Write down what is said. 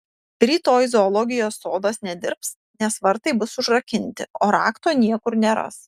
rytoj zoologijos sodas nedirbs nes vartai bus užrakinti o rakto niekur neras